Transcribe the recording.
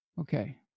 okay